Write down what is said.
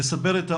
לסבר את האוזן,